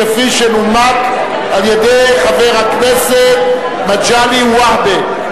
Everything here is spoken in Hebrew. כפי שנומקה על-ידי חבר הכנסת מגלי והבה.